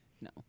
no